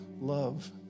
love